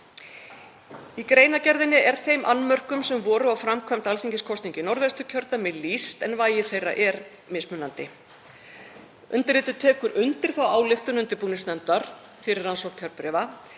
Í greinargerðinni er þeim annmörkum sem voru á framkvæmd alþingiskosninga í Norðvesturkjördæmi lýst en vægi þeirra er mismunandi. Undirrituð tekur undir þá ályktun undirbúningsnefndar fyrir rannsókn kjörbréfa